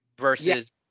versus